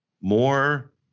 more